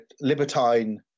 libertine